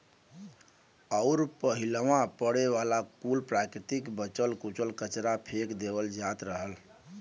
अउर पहिलवा पड़े वाला कुल प्राकृतिक बचल कुचल कचरा फेक देवल जात रहल